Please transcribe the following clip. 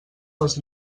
dels